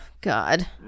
god